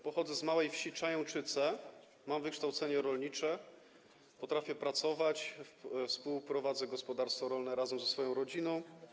Pochodzę z małej wsi Czajęczyce, mam wykształcenie rolnicze, potrafię pracować, współprowadzę gospodarstwo rolne razem ze swoją rodziną.